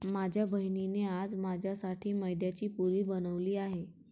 माझ्या बहिणीने आज माझ्यासाठी मैद्याची पुरी बनवली आहे